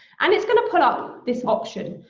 and it's gonna pull up this option.